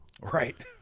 right